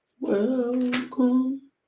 Welcome